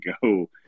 go